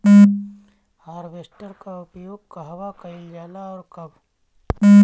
Harvester का उपयोग कहवा कइल जाला और कब?